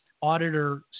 auditor